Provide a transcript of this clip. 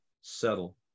settle